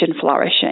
flourishing